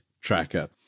Tracker